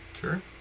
Sure